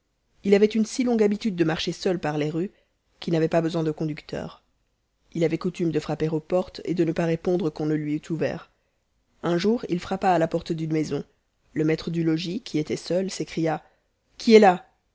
ii avait une si longue habitude de marcher seul par les rues qu'il n'avait pas besoin de conducteur il avait coutume de frapper aux portes et de ne pas répondre qu'on ne lui eût ouvert un jour il frappa à la porte d'une maison le maître du logis qui était seul s'écria qui est là mon